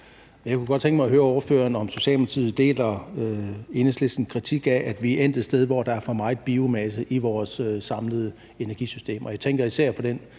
Jeg kunne godt tænke mig at høre ordføreren, om Socialdemokratiet deler Enhedslistens kritik af, at vi er endt et sted, hvor der er for meget biomasse i vores samlede energisystem, og jeg tænker især på den